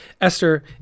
Esther